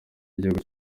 igihugu